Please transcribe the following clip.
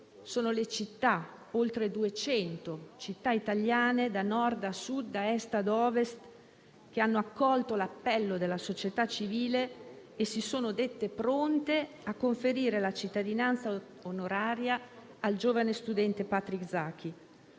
sono tra le oltre 200 città italiane, da Nord a Sud, da Est a Ovest, che hanno accolto l'appello della società civile e si sono dette pronte a conferire la cittadinanza onoraria al giovane studente Patrick Zaki.